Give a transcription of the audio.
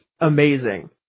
amazing